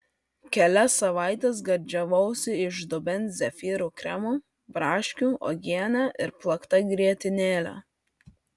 kelias savaites gardžiavausi iš dubens zefyrų kremu braškių uogiene ir plakta grietinėle